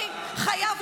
מי היה ראש הממשלה?